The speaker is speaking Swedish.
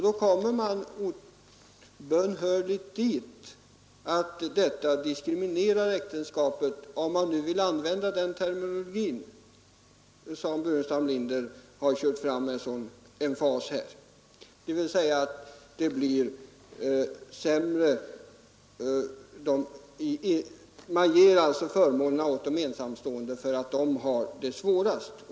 Då kommer man obönhörligt fram till att detta diskriminerar äktenskapet — om man nu vill begagna den terminologi som herr Burenstam Linder här använt med emfas. Detta innebär, att man ger förmånerna till de ensamstående för att dessa har det svårast.